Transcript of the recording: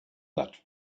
that